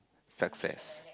success